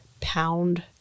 Pound